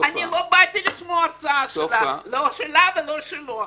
אני לא באתי לשמוע הרצאה, לא שלה ולא שלו.